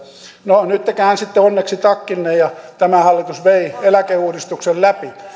no nyt te käänsitte onneksi takkinne ja tämä hallitus vei eläkeuudistuksen läpi